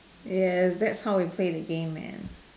yes that's how we play the game man